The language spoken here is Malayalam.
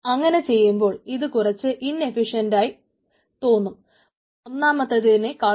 അങ്ങനെ ചെയ്യുമ്പോൾ ഇത് കുറച്ച് ഇൻഎഫിഷ്യന്റ് ആയി തോന്നും ഒന്നാമത്തെതിനേക്കാളും